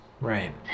Right